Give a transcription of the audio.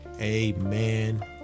amen